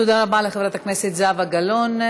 תודה רבה לחברת הכנסת זהבה גלאון.